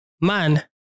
Man